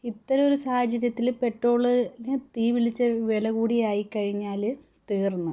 ഇത്തരം ഒരു സാഹചര്യത്തിൽ പെട്രോള് തീ പിടിച്ച വില കൂടി ആയി കഴിഞ്ഞാൽ തീർന്നു